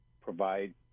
provide